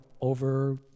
over